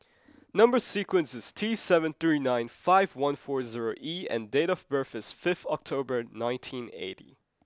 number sequence is T seven three nine five one four zero E and date of birth is fifth October nineteen eighty